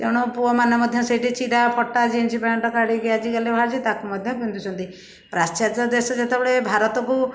ତେଣୁ ପୁଅମାନେ ମଧ୍ୟ ସେଇଠି ଚିରାଫଟା ଜିନ୍ସ ପ୍ୟାଣ୍ଟ କାଢ଼ିକି ଆଜି କାଲି ବାହାରିଛି ତାକୁ ମଧ୍ୟ ପିନ୍ଧୁଛନ୍ତି ପାଶ୍ଚାତ୍ୟ ଦେଶ ଯେତେବେଳେ ଭାରତକୁ